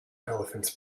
elephants